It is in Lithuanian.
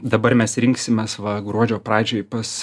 dabar mes rinksimės va gruodžio pradžioj pas